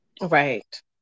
Right